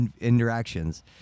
interactions